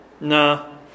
Nah